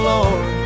Lord